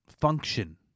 function